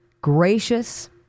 Gracious